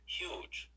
huge